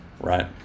right